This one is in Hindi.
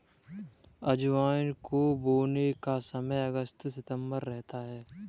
अजवाइन को बोने का समय अगस्त सितंबर रहता है